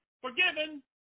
Forgiven